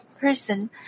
person